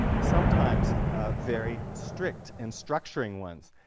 sometimes very strict and structuring ones,